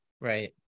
Right